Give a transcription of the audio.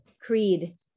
creed